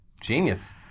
Genius